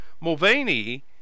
mulvaney